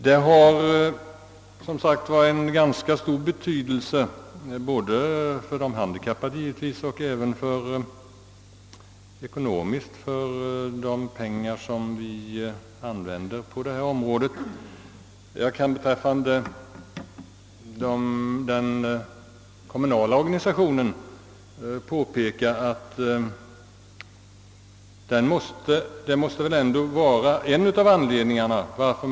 Denna fråga har som sagt ganska stor betydelse, i första hand givetvis för de handikappade men rent allmänt även ekonomiskt, med tanke på de stora belopp som vi lägger ned på detta område.